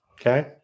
Okay